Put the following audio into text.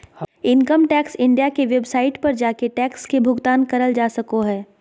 income tax India के website पर जाके टैक्स के भुगतान करल जा सको हय